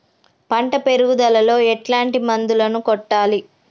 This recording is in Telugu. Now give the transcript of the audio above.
పంట పెరుగుదలలో ఎట్లాంటి మందులను కొట్టాలి?